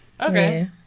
Okay